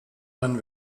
man